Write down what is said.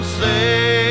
say